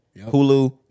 Hulu